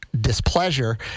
displeasure